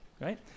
right